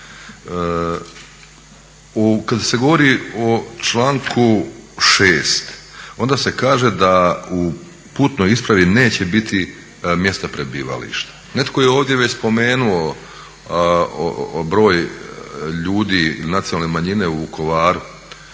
Kad se govori o članku 6. onda se kaže da u putnoj ispravi neće biti mjesta prebivališta. Netko je ovdje već spomenuo broj ljudi nacionalne manjine u Vukovaru,